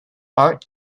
art